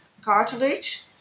cartilage